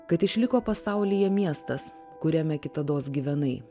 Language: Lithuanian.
kad išliko pasaulyje miestas kuriame kitados gyvenai